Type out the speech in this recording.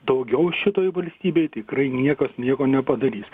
daugiau šitoj valstybėj tikrai niekas nieko nepadarys